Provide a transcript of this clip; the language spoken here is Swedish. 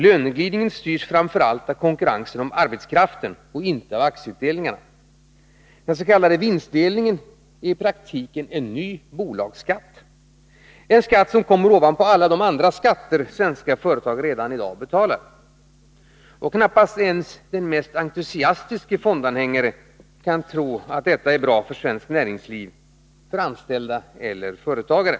Löneglidningen styrs framför allt av konkurrensen om arbetskraften och inte av aktieutdelningarna. Den s.k. vinstdelningen är i praktiken en ny bolagsskatt, som kommer ovanpå alla de andra skatter som svenska företag redan i dag betalar. Knappast ens den mest entusiastiske fondanhängaren kan tro att detta är bra för svenskt näringsliv, för anställda eller företagare.